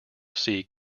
sea